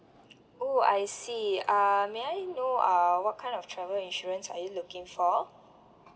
oh I see uh may I know uh what kind of travel insurance are you looking for